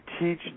teach